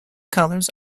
colors